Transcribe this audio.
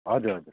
हजुर हजुर